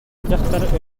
дьахтар